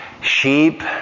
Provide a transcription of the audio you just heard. sheep